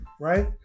Right